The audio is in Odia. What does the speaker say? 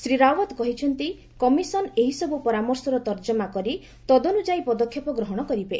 ଶ୍ରୀ ରାଓ୍ୱତ୍ କହିଛନ୍ତି କମିଶନ୍ ଏହିସବୁ ପରାମର୍ଶର ତର୍କମା କରି ତଦନୁଯାୟୀ ପଦକ୍ଷେପ ଗ୍ରହଣ କରିବେ